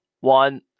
one